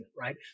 right